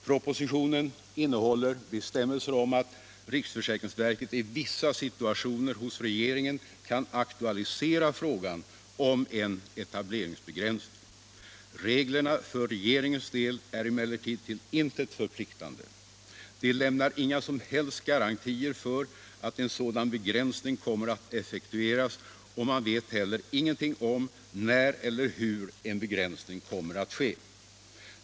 Propositionen innehåller bestämmelser om att riksförsäkringsverket i vissa situationer hos regeringen kan aktualisera frågan om en etableringsbegränsning. Reglerna för regeringens del är emellertid till intet förpliktande. De lämnar inga som helst garantier för att en sådan begränsning kommer att effektueras, och man vet heller ingenting om när eller hur en begränsning kommer att ske.